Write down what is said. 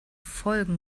folgen